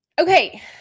Okay